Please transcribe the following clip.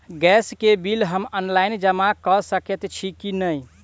Gas केँ bill हम online जमा कऽ सकैत छी की नै?